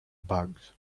bugs